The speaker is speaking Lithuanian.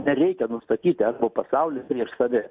nereikia nustatyti arbų pasaulį prieš save